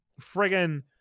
friggin